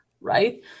right